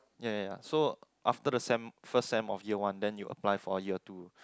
ya ya ya so after the sem first sem of year one then you apply for a year two